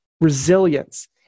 Resilience